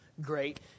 great